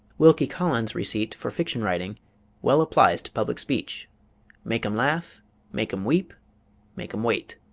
wilkie collins' receipt for fiction writing well applies to public speech make em laugh make em weep make em wait.